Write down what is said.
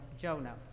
Jonah